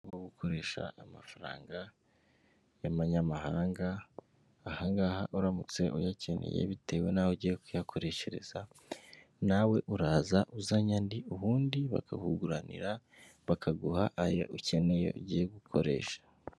... gukoresha amafaranga y'amanyamahanga, ahangaha uramutse uyakeneye bitewe naho ugiye kuyakoreshereza, nawe uraza uzanye andi, ubundi bakakuguranira, bakaguha ayo ukeneye, ugiye gukoresha.